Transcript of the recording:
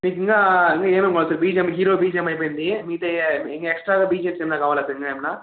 మీకు ఇంకా ఇంకా ఏమేం కావాలి సార్ బిజిఏం హీరో బిజిఏం అయిపొయింది మీతో ఇంకా ఎక్సట్రాగా బిజిఏం ఏమన్నా కావాలా సార్ ఇంకా ఏమన్నా